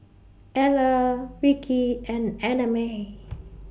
Eller Rickie and Annamae